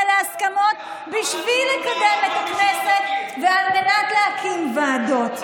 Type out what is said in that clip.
להסכמות בשביל לקדם את הכנסת ועל מנת להקים ועדות.